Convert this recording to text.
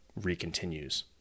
recontinues